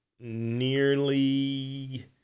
nearly